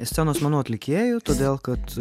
scenos menų atlikėju todėl kad